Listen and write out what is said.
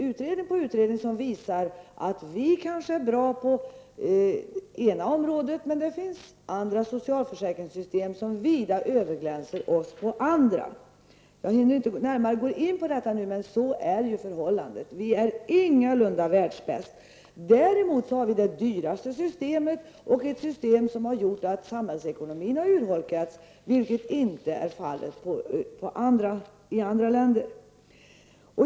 Utredning på utredning som gjorts visar att vi kanske är bra på vissa områden men att det finns andra socialförsäkringssystem som vida överglänser vårt. Jag hinner inte gå närmare in på detta, men så är förhållandet. Vi är ingalunda världsbäst. Däremot här vi det dyraste systemet, ett system som har gjort att samhällsekonomin har urholkats, vilket inte är fallet i andra länder.